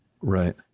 right